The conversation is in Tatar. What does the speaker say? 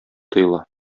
тоела